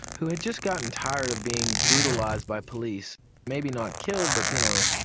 who had just gotten tired of being brutalised by police maybe not killed, but you know,